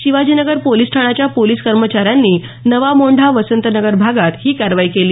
Shivajinagar police ठाण्याच्या police कर्मचाऱ्यांनी नवा मोंढा वसंतनगर भागात ही कारवाई केली